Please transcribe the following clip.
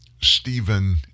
Stephen